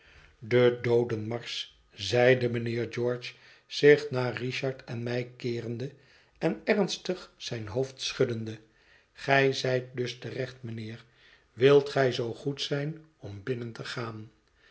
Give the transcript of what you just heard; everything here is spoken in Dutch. de doodenmarsch zeide mijnheer george zich naar richard en mij keerende en ernstig zijn hoofd schuddende gij zijt dus te recht mijnheer wilt gij zoo goed zijn om binnen te gaan